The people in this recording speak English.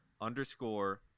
underscore